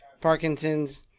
Parkinson's